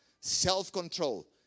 self-control